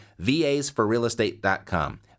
vasforrealestate.com